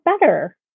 better